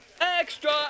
extra